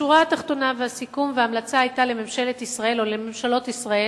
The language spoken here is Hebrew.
השורה התחתונה והסיכום וההמלצה לממשלות ישראל